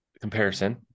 comparison